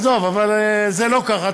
עזוב, אבל זה לא ככה.